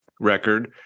record